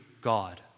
God